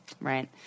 right